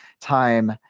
time